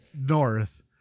north